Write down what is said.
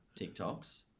TikToks